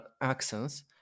accents